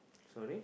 sorry